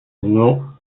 non